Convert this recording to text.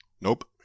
nope